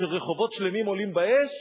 שרחובות שלמים עולים באש?